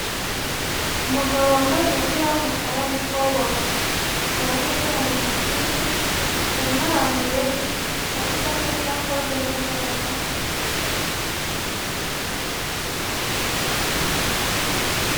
Umugabo wambaye umupira w'umukara n'ikoboyi ku ruhande rwe hari mashini hari n'abantu benshi, hari icyapa cya kode mobile mone.